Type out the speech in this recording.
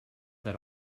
that